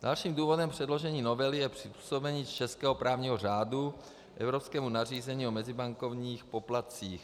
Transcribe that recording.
Dalším důvodem předložení novely je přizpůsobení českého právního řádu evropskému nařízení o mezibankovních poplatcích.